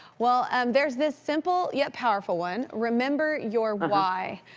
well there's this simple, yet powerful one. remember your why.